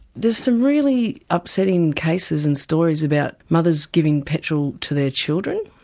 there's some really upsetting cases and stories about mothers giving petrol to their children.